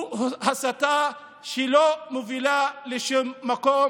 זו הסתה שלא מובילה לשום מקום.